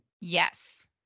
Yes